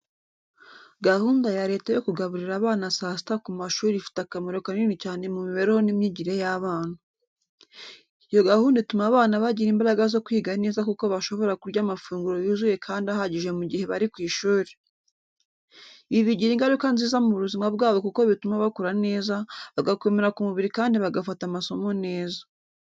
Gahunda ya leta yo kugaburira abana saa sita ku mashuri ifite akamaro kanini cyane mu mibereho n’imyigire y’abana. Iyo gahunda ituma abana bagira imbaraga zo kwiga neza kuko bashobora kurya amafunguro yuzuye kandi ahagije mu gihe bari ku ishuri. Ibi bigira ingaruka nziza mu buzima bwabo kuko bituma bakura neza, bagakomera ku mubiri kandi bagafata amasomo neza.